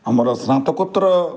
ଆମର ସ୍ନାତକୋତ୍ତର